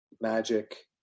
magic